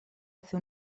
hace